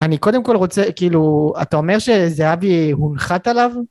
אני קודם כל רוצה כאילו אתה אומר שזהבי הונחת עליו?